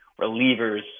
relievers